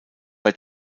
bei